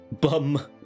Bum